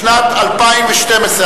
לשנת הכספים 2011,